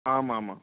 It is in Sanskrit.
आमामाम्